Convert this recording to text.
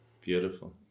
beautiful